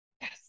Yes